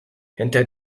hinter